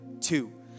Two